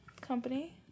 company